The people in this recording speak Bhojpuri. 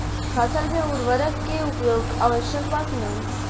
फसल में उर्वरक के उपयोग आवश्यक बा कि न?